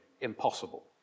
impossible